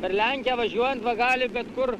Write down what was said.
per lenkiją važiuojant va gali bet kur